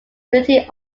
utility